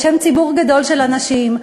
בשם ציבור גדול של אנשים,